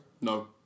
No